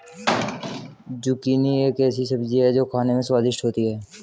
zucchini एक ऐसी सब्जी है जो खाने में स्वादिष्ट होती है